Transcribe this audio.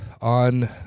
On